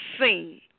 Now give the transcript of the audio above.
seen